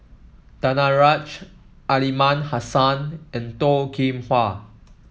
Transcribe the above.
Danaraj Aliman Hassan and Toh Kim Hwa